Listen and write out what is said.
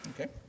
Okay